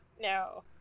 No